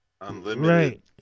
unlimited